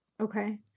Okay